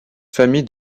famille